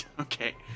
Okay